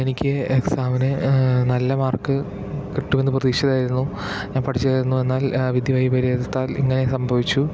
എനിക്ക് എക്സാമിന് നല്ല മാര്ക്ക് കിട്ടുമെന്ന പ്രതീക്ഷയില് ആയിരുന്നു ഞാന് പഠിച്ചതായിരുന്നു എന്നാല് വിധി വൈപര്യസത്താല് ഇങ്ങനെ സംഭവിച്ചു